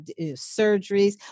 surgeries